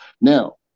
Now